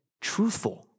truthful